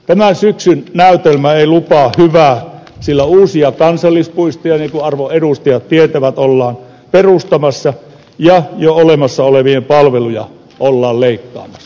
tämän syksyn näytelmä ei lupaa hyvää sillä uusia kansallispuistoja niin kuin arvon edustajat tietävät ollaan perustamassa ja olemassa olevien palveluja ollaan leikkaamassa